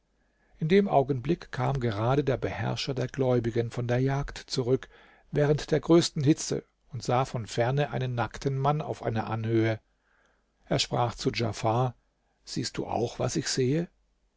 in dem augenblick kam gerade der beherrscher der gläubigen von der jagd zurück während der größten hitze und sah von ferne einen nackten mann auf einer anhöhe er sprach zu djafar siehst du auch was ich sehe